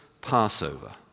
Passover